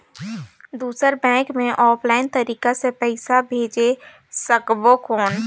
दुसर बैंक मे ऑफलाइन तरीका से पइसा भेज सकबो कौन?